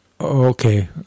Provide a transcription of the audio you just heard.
Okay